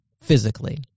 physically